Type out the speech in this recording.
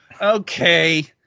Okay